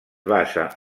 basa